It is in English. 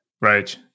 Right